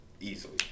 easily